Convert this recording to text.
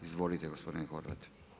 Izvolite gospodine Horvat.